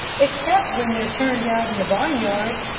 except when they're turned out in the barnyard,